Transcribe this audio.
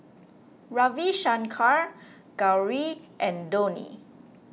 Ravi Shankar Gauri and Dhoni